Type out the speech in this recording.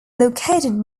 located